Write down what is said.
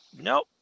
Nope